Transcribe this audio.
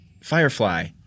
Firefly